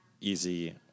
easy